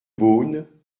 beaune